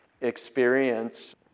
experience